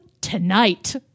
tonight